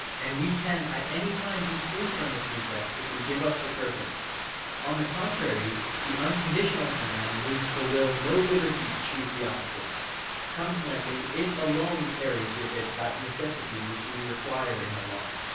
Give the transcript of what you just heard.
and we can at any time be free from the precept if we give up the purpose on the contrary, the unconditional command leaves the will no liberty to choose the opposite consequently it alone carries with it that necessity which we require in a law.